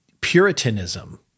Puritanism